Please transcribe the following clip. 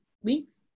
weeks